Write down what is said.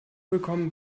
bekommen